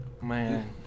Man